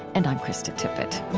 and i'm krista tippett